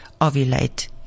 ovulate